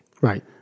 Right